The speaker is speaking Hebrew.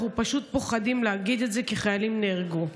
אנחנו פשוט פוחדים להגיד את זה, כי חיילים נהרגו.